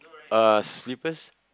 uh slippers